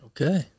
Okay